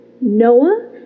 Noah